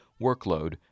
workload